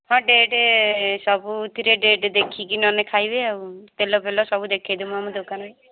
ହଁ ଡେଟ୍ ସବୁଥିରେ ଡେଟ୍ ଦେଖିକି ନହେଲେ ଖାଇବେ ଆଉ ତେଲ ଫେଲ ସବୁ ଦେଖାଇଦେବୁ ଆମ ଦୋକାନରେ